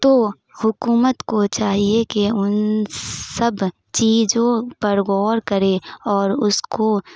تو حکومت کو چاہیے کہ ان سب چیزوں پر غور کرے اور اس کو